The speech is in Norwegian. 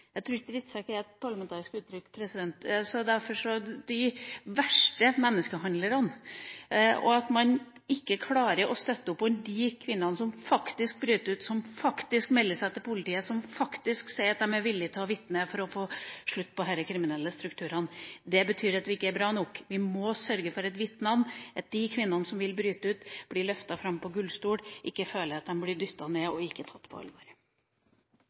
jeg tror ikke «drittsekk» er et parlamentarisk uttrykk, så derfor: de verste menneskehandlerne. At man ikke klarer å støtte opp om de kvinnene som faktisk bryter ut, som faktisk melder seg for politiet, som faktisk sier at de er villig til å vitne for å få slutt på disse kriminelle strukturene, betyr at vi ikke er bra nok. Vi må sørge for at vitnene – de kvinnene som vil bryte ut – blir løftet fram på gullstol og ikke føler at de blir dyttet ned og ikke tatt på alvor.